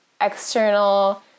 external